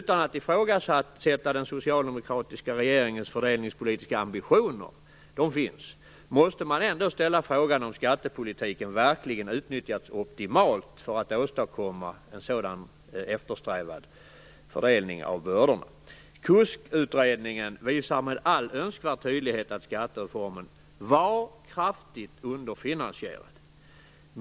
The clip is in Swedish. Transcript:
Utan att ifrågasätta den socialdemokratiska regeringens fördelningspolitiska ambitioner - de finns - måste man ändå ställa frågan om skattepolitiken verkligen utnyttjats optimalt för att åstadkomma en sådan eftersträvad fördelning av bördorna. KUSK utredningen visar med all önskvärd tydlighet att skattereformen var kraftigt underfinansierad.